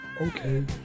okay